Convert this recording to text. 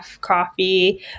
coffee